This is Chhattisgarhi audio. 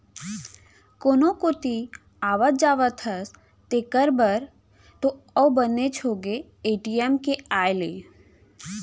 कोनो कोती आवत जात हस तेकर बर तो अउ बनेच होगे ए.टी.एम के आए ले